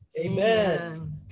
Amen